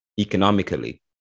economically